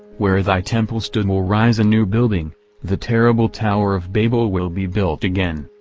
where thy temple stood will rise a new building the terrible tower of babel will be built again,